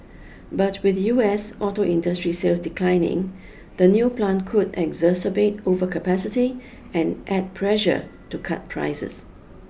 but with U S auto industry sales declining the new plant could exacerbate overcapacity and add pressure to cut prices